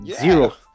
zero